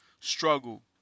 struggle